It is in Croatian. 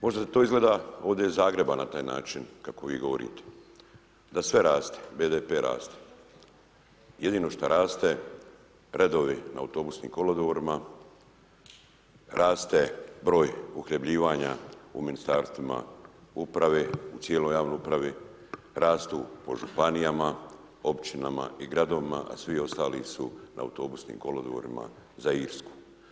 Možda to izgleda ovdje iz Zagreba na taj način kako vi govorite, da sve raste, BDP raste, jedino što raste, redovi na autobusnim kolodvorima, raste broj uhljebljivanja u ministarstvima, uprave, u cijeloj javnoj uporabi, rastu po županijama, općinama i gradovima a svi ostali su na autobusnim kolodvorima za Irsku.